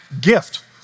gift